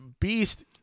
Beast